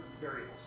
variables